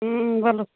हँ बोलू